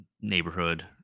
neighborhood